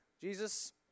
Jesus